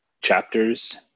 chapters